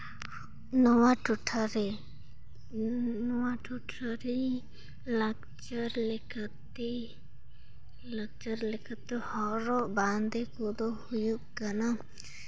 ᱱᱚᱣᱟ ᱴᱚᱴᱷᱟ ᱨᱮ ᱱᱚᱣᱟ ᱴᱚᱴᱷᱟᱨᱮ ᱞᱟᱠᱪᱟᱨ ᱞᱟᱠᱪᱟᱨ ᱞᱮᱠᱟᱛᱮ ᱞᱟᱠᱪᱟᱨ ᱞᱮᱠᱟᱛᱮ ᱦᱚᱨᱚᱜ ᱵᱟᱸᱫᱮ ᱠᱚᱫᱚ ᱦᱩᱭᱩᱜ ᱠᱟᱱᱟ